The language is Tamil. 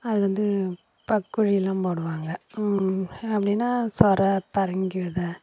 அது வந்து பக் குழிலாம் போடுவாங்க அப்படின்னா சுர பரங்கி வித